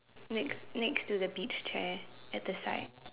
next next to the beach chair at the side